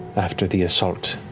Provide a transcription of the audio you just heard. after the assault.